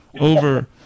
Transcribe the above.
over